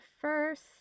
first